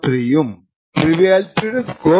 03 ഉം ട്രിവിയാലിറ്റിയുടെ സ്കോർ 0